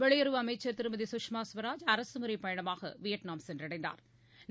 வெளியுறவு அமைச்ச் திருமதி சுஷ்மாசுவராஜ் அரசுமுறைபயணமாகவியட்நாம் சென்றடைந்தாா்